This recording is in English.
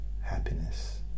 happiness